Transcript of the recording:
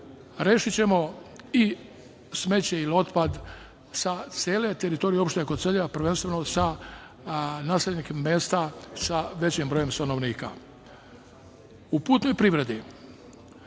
smetlišta. Rešićemo i smeće i otpad sa cele teritorije opštine Koceljeva, prvenstveno sa naseljenih mesta sa većim brojem stanovnika.U putnoj privredi